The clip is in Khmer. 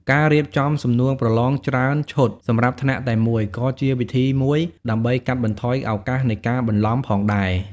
ការរៀបចំសំណួរប្រឡងច្រើនឈុតសម្រាប់ថ្នាក់តែមួយក៏ជាវិធីមួយដើម្បីកាត់បន្ថយឱកាសនៃការបន្លំផងដែរ។